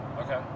Okay